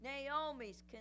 Naomi's